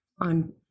on